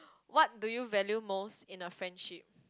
what do you value most in a friendship